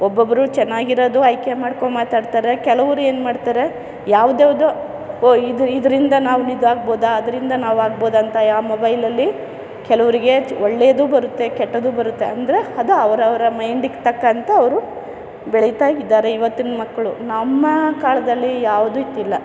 ಒಬ್ಬೊಬ್ರು ಚೆನ್ನಾಗಿರೋದು ಆಯ್ಕೆ ಮಾಡ್ಕೊ ಮಾತಾಡ್ತಾರೆ ಕೆಲವರು ಏನು ಮಾಡ್ತಾರೆ ಯಾವ್ದ್ಯಾವ್ದೋ ಒ ಇದು ಇದರಿಂದ ನಾವು ಇದಾಗ್ಬೋದಾ ಅದರಿಂದ ನಾವು ಆಗ್ಬೋದಾ ಅಂತ ಯಾವ ಮೊಬೈಲಲ್ಲಿ ಕೆಲವರಿಗೆ ಒಳ್ಳೇದು ಬರುತ್ತೆ ಕೆಟ್ಟದು ಬರುತ್ತೆ ಅಂದರೆ ಅದು ಅವರವ್ರ ಮೈಂಡಿಗೆ ತಕ್ಕಂತೆ ಅವರು ಬೆಳೀತಾಯಿದ್ದಾರೆ ಇವತ್ತಿನ ಮಕ್ಕಳು ನಮ್ಮ ಕಾಲದಲ್ಲಿ ಯಾವುದೂ ಇತ್ತಿಲ್ಲ